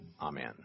Amen